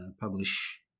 publish